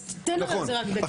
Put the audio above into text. אז תן על זה רגע דגש.